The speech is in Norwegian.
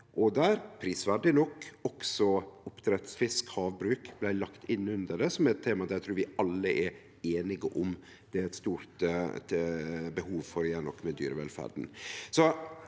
og – prisverdig nok – oppdrettsfisk og havbruk blei lagt inn under det, eit tema der eg trur vi alle er einige om at det er eit stort behov for å gjere noko med dyrevelferda.